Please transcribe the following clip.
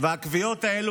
והכוויות האלה